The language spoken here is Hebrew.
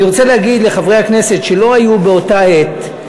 אני רוצה להגיד לחברי הכנסת שלא היו באותה עת: